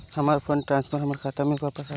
हमर fund transfer हमर खाता में वापस आ गईल बा